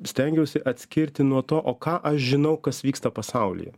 stengiausi atskirti nuo to o ką aš žinau kas vyksta pasaulyje